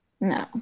No